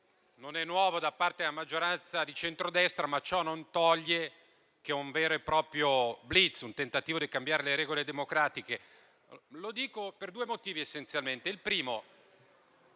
Non è nuovo da parte della maggioranza di centrodestra, ma ciò non toglie che è un vero e proprio *blitz*, un tentativo di cambiare le regole democratiche. Lo dico per due motivi, essenzialmente. Il primo: